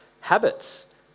habits